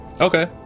Okay